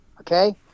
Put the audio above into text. Okay